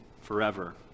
forever